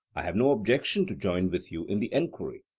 i have no objection to join with you in the enquiry.